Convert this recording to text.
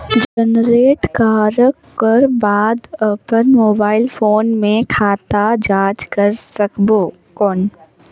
Generate करक कर बाद अपन मोबाइल फोन मे खाता जांच कर सकबो कौन?